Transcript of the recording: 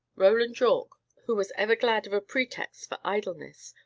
roland yorke, who was ever glad of a pretext for idleness,